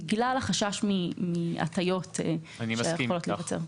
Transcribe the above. בגלל החשש מהטיות שיכולות להיווצר.